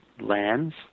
lands